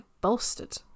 bolstered